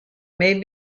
may